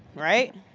right?